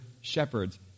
shepherds